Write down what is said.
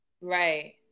Right